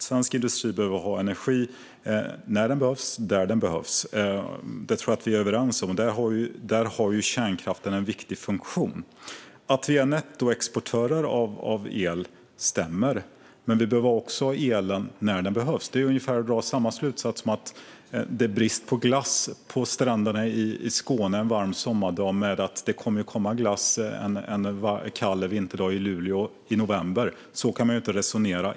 Svensk industri behöver ha energi när den behövs och där den behövs. Det tror jag att vi är överens om, och där har kärnkraften en viktig funktion. Det stämmer att Sverige är nettoexportör av el. Men vi behöver också elen när den behövs. Det här är ungefär som att dra slutsatsen att när det är brist på glass på stränderna i Skåne en varm sommardag kommer det ändå att komma glass en kall vinterdag i Luleå i november. Så kan man inte resonera.